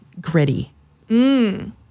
gritty